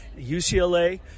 UCLA